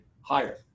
higher